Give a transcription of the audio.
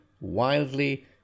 wildly